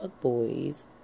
boys